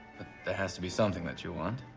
there has to be something that you want?